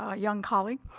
ah young colleague,